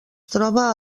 troba